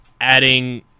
adding